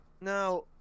Now